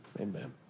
amen